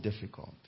difficult